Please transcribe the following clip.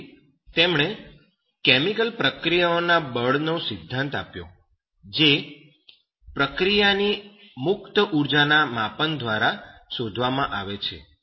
તેથી તેમણે કેમિકલ પ્રક્રિયાઓના બળનો સિધ્ધાંત આપ્યો જે પ્રક્રિયાની મુક્ત ઉર્જાના માપન દ્વારા શોધવામાં આવે છે